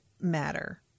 matter